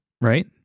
right